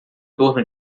torno